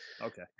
Okay